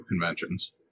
conventions